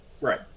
right